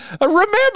remember